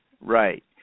right